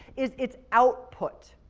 is its output.